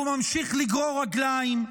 והוא ממשיך לגרור רגליים,